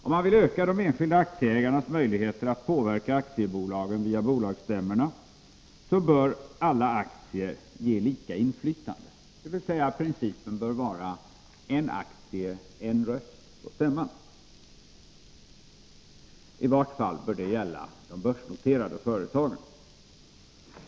Om man vill öka de enskilda aktieägarnas möjligheter att påverka aktiebolagen via bolagsstämmorna, bör alla aktier ge lika inflytande, dvs. principen bör vara en aktie — en röst på stämman. I varje fall bör det gälla de börsnoterade företagen.